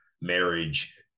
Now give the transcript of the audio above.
marriage